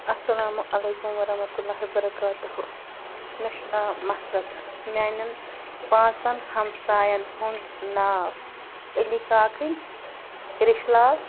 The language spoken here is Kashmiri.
اَسَلامُ علیکُم وَرحمتُہ اللہِ وَبَرَکاتہ مےٚ چھِ ناو مَسرَت میٛانٮ۪ن پانٛژَن ہمسایَن ہُنٛد ناو علی کاکٕنۍ ریٚش لال